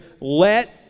let